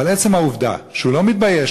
אבל עצם העובדה שהוא לא מתבייש,